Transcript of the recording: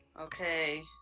Okay